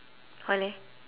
why leh